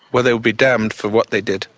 well they will be damned for what they did.